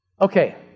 Okay